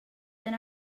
than